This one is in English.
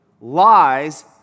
lies